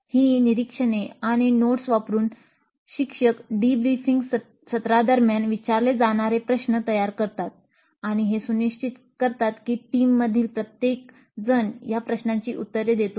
हि निरीक्षणे आणि नोट्स वापरुन शिक्षक डिब्रीफिंग सत्रादरम्यान विचारले जाणारे प्रश्न तयार करतात आणि हे सुनिश्चित करतात की टीममधील प्रत्येकजण या प्रश्नांची उत्तरे देतो का